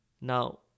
Now